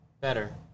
Better